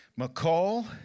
McCall